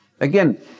Again